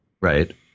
Right